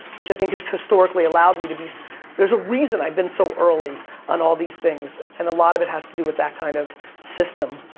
which i think has historically has allowed me to be, so there's a reason i've been so early on all these things, and a lot of it has to do with that kind of system.